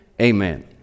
amen